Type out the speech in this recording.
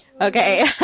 Okay